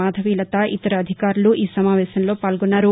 మాధవిలత ఇతర అధికారులు ఈ సమావేశంలో పాల్గొన్నారు